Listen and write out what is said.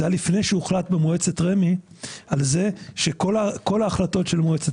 זה היה לפני שהוחלט במועצת רמ"י על זה שכל ההחלטות של מועצת